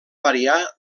variar